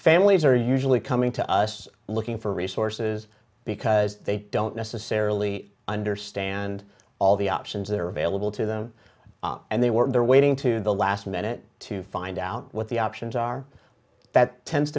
families are usually coming to us looking for resources because they don't necessarily understand all the options that are available to them and they were there waiting to the last minute to find out what the options are that tends